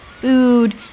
food